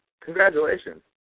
Congratulations